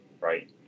right